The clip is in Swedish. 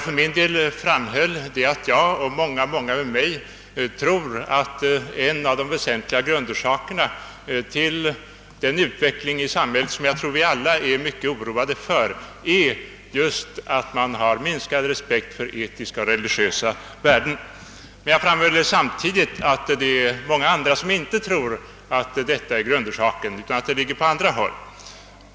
För min del framhöll jag att jag och många med mig tror att en av de väsentliga grundorsakerna till den utveck "ling som nu pågår i samhället och som vi väl alla är djupt oroade av just är den minskade respekten för etiska och religiösa värden. Samtidigt framhöll jag emellertid att många inte tror att det är grundorsaken, utan att den ligger på annat håll.